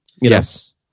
Yes